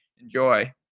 Enjoy